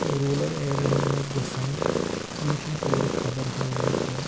rural ایریاہَن منٛز گژھان یِم چھِنہٕ پوٗرٕ خَبَر ہاوان کیٚنٛہہ